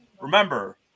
remember